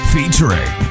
Featuring